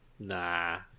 nah